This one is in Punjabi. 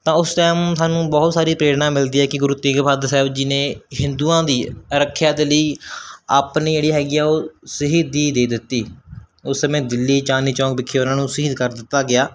ਤਾਂ ਉਸ ਟਾਈਮ ਸਾਨੂੰ ਬਹੁਤ ਸਾਰੀ ਪ੍ਰੇਰਨਾ ਮਿਲਦੀ ਹੈ ਕਿ ਗੁਰੂ ਤੇਗ ਬਹਾਦਰ ਸਾਹਿਬ ਜੀ ਨੇ ਹਿੰਦੂਆਂ ਦੀ ਰੱਖਿਆ ਦੇ ਲਈ ਆਪਣੀ ਜਿਹੜੀ ਹੈਗੀ ਆ ਉਹ ਸ਼ਹੀਦੀ ਦੇ ਦਿੱਤੀ ਉਸ ਸਮੇਂ ਦਿੱਲੀ ਚਾਂਦਨੀ ਚੌਂਕ ਵਿਖੇ ਉਹਨਾਂ ਨੂੰ ਸ਼ਹੀਦ ਕਰ ਦਿੱਤਾ ਗਿਆ